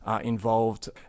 involved